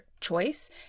choice